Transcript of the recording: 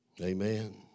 Amen